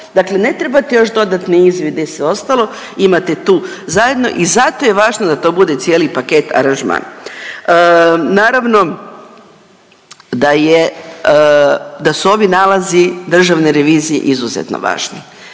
dakle ne trebate još dodatne izvide i sve ostalo, imate tu zajedno i zato je važno da to bude cijeli paket aranžman. Naravno da je, da su ovi nalazi Državne revizije izuzetno važni,